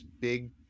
big